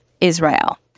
Israel